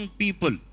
people